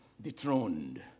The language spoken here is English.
dethroned